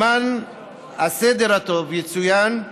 למען הסדר הטוב יצוין,